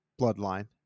bloodline